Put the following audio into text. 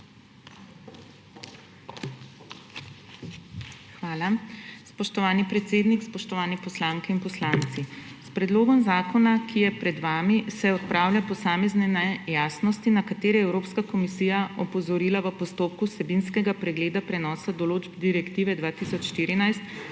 Hvala. Spoštovani predsednik, spoštovani poslanke in poslanci! S predlogom zakona, ki je pred vami, se odpravlja posamezne nejasnosti, na katere je Evropska komisija opozorila v postopku vsebinskega pregleda prenosa določb Direktive 2014/56